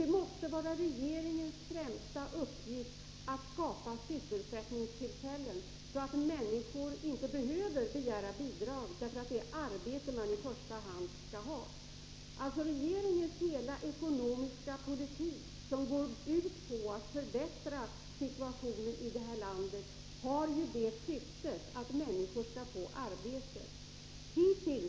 Det måste vara regeringens främsta uppgift att skapa sysselsättningstillfällen, så att människor inte behöver begära bidrag. Det är arbete man i första hand skall ha. Regeringens hela ekonomiska politik, som går ut på att förbättra situationen i landet, har som syfte att människorna skall få arbete.